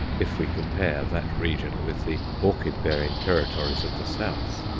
if we compare that region with the orchid-bearing territories of the south.